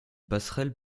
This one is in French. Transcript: passerelle